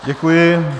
Děkuji.